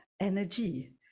energy